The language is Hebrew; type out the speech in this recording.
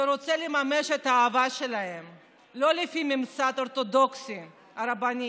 הם רוצים לממש את האהבה שלהם לא לפי הממסד האורתודוקסי הרבני